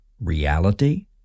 reality